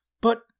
But